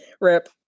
rip